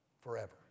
Forever